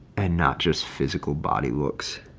and not just physical body looks.